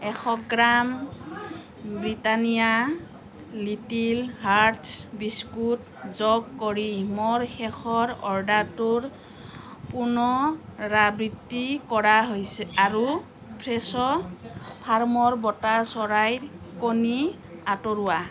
এশ gram Britannia little hearts biscuit যোগ কৰি মোৰ শেষৰ অৰ্ডাৰটোৰ পুনৰাবৃত্তি কৰা হৈছে আৰু ফ্ৰেছো ফাৰ্মৰ বটাৰ চৰাইৰ কণী আঁতৰোৱা